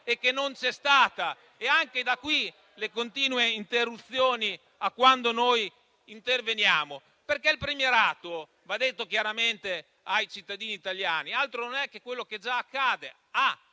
non è stata raccolta. Da qui anche le continue interruzioni quando noi interveniamo, perché il premierato - va detto chiaramente ai cittadini italiani - altro non è che quello che già accade